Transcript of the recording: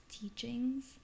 teachings